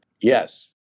Yes